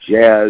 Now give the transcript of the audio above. jazz